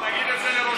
תגיד את זה לראש הממשלה,